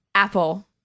Apple